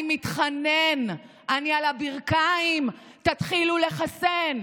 אני מתחנן, אני על הברכיים, תתחילו לחסן.